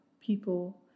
people